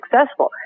successful